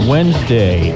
Wednesday